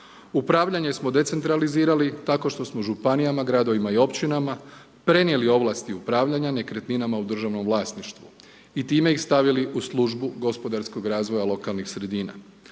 Upravljanje smo decentralizirali tako što smo županijama, gradovima i općinama prenijeli ovlasti upravljanja nekretninama u državnom vlasništvu i time ih stavili u službu gospodarskog razvoja lokalnih sredina.